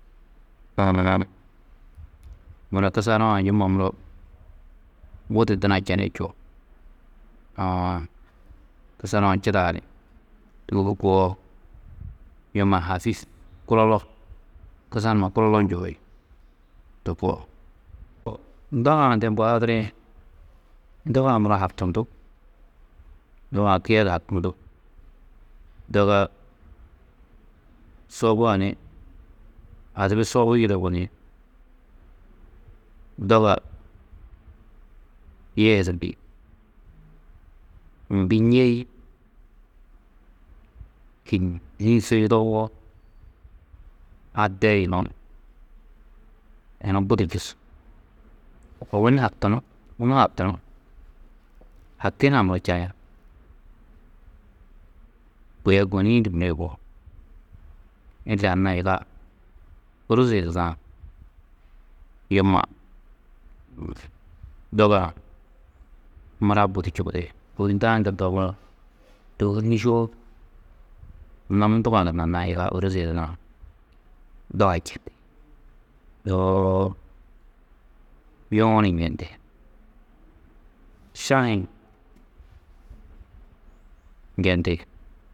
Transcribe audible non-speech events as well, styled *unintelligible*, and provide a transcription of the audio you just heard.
*unintelligible* muro kusaru-ã yumma muro budi duna čeni čuo, uũ, kusaru-ã čidaa ni tûgohu koo yumma hafîf kulolo kusar numa kulolo njohi, to koo. Doga-ã de mbo hadirĩ, doga-ã muro haktundú, doga-ã kiyedi haktundú. Doga sobua ni adibi sobu yudobu ni doga yihidu ni mbi ñêi kînniĩ su yudowo a de yunu, yunu budi čûsu. Ôwonni haktunú, *unintelligible* haktunú, hakti hunã muro čaya. Kôi a gôni-ĩ du muro yugó. Ille anna yiga ôroze yidadã yumma, doga-ã mura budi čubudi, kôi hundɑ͂ ndedoo muro tûgohu nîšoo, anna munduga-ã gunna anna yiga ôroze yidadã doga *unintelligible* yoo yuũ ni njendi. Šahi-ĩ njendi.